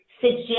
suggest